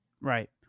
Right